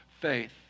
faith